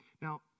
Now